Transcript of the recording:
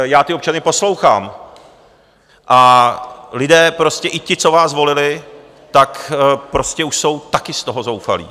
Já ty občany poslouchám a lidé prostě, i ti, co vás volili, tak prostě už jsou taky z toho zoufalí.